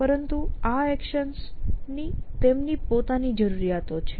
પરંતુ આ એક્શન્સની તેમની પોતાની જરૂરિયાતો છે